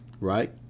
right